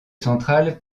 centrale